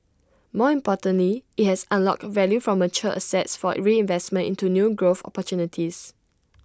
more importantly IT has unlocked value from mature assets for reinvestment into new growth opportunities